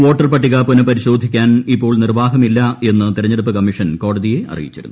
voter പട്ടിക പുനപരിശോഗ്രിക്കാൻ ഇപ്പോൾ നിർവാഹമില്ല എന്ന് തെരഞ്ഞെടുപ്പ് കമ്മീഷൻ കോടതിയെ അറിയിച്ചിരുന്നു